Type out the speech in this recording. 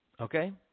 Okay